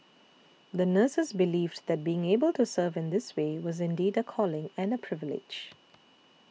the nurses believed that being able to serve in this way was indeed a calling and a privilege